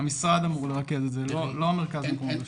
המשרד אמור לרכז את זה, לא המרכז למקומות קדושים.